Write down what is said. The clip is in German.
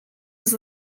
ist